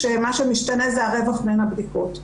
שמה שמשתנה זה הרווח בין הבדיקות.